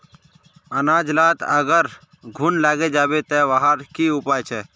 अनाज लात अगर घुन लागे जाबे ते वहार की उपाय छे?